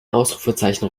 ausrufezeichen